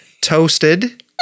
toasted